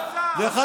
למה אתה לא שר?